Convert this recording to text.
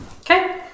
Okay